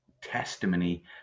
testimony